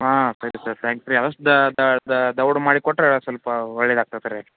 ಹಾಂ ಸರಿ sir thanks ರೀ ಅದಷ್ಟು ದವ್ಡ್ ಮಾಡಿ ಕೊಟ್ಟರೆ ಸೊಲ್ಪ ಒಳ್ಳೆಯದು ಆಗ್ತತೆ ರೀ